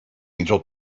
angel